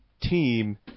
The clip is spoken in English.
team